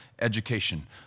education